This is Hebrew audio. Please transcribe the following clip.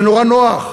זה נורא נוח.